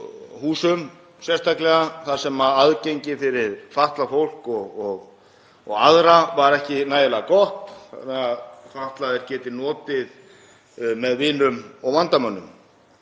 hús, sérstaklega þar sem aðgengi fyrir fatlað fólk og aðra var ekki nægilega gott þannig að fatlaðir geti notið með vinum og vandamönnum.